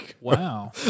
Wow